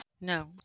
No